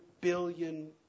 billion